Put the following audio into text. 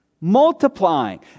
multiplying